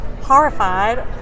horrified